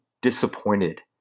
disappointed